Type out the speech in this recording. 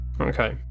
Okay